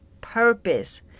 purpose